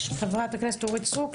חברת הכנסת אורית סטרוק,